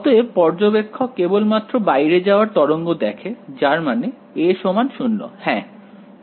অতএব পর্যবেক্ষক কেবলমাত্র বাইরে যাওয়ার তরঙ্গ দেখে যার মানে a 0 হ্যাঁ a 0